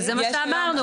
זה מה שיהיה.